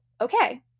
okay